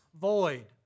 void